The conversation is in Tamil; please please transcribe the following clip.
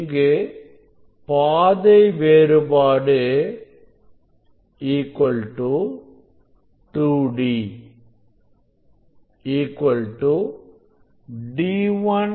இங்கு பாதை வேறுபாடு 2d d1 d2